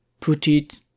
Putit